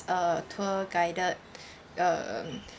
a tour guided um